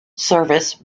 service